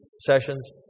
sessions